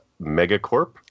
Megacorp